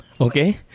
okay